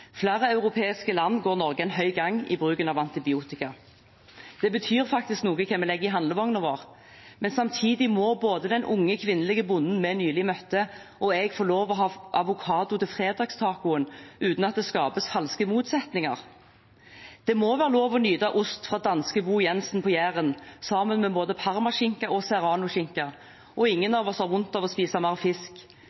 Flere europeiske land går Norge enn høy gang i bruken av antibiotika. Det betyr faktisk noe hva vi legger i handlevognen vår. Samtidig må både den unge kvinnelige bonden vi nylig møtte og jeg få lov til å ha avokado til fredagstacoen uten at det skapes falske motsetninger. Det må være lov å nyte ost fra danske Bo Jensen på Jæren, sammen med både parmaskinke og serranoskinke, og ingen